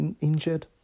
injured